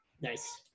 Nice